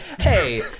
Hey